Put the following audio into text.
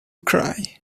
cry